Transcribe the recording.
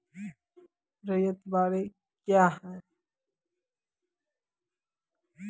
रैयत बाड़ी क्या हैं?